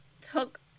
took –